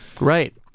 right